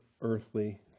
earthly